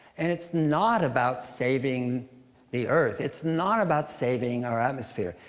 and it's not about saving the earth. it's not about saving our atmosphere.